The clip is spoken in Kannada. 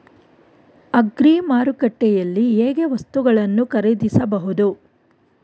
ಅಗ್ರಿ ಮಾರುಕಟ್ಟೆಯಲ್ಲಿ ಹೇಗೆ ವಸ್ತುಗಳನ್ನು ಖರೀದಿಸಬಹುದು?